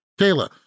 Kayla